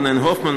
רונן הופמן,